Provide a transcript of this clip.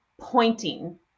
pointing